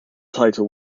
title